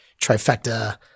trifecta